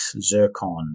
zircon